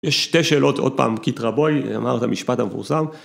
יש שתי שאלות, עוד פעם, קית ראבוי אמר את המשפט המפורסם.